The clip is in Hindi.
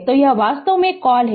तो यह वास्तव में कॉल है